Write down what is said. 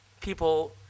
people